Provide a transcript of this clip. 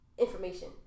information